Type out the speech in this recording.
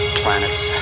planets